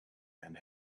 and